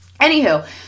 anywho